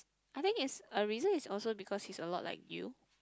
I think is a reason is also because he's a lot like you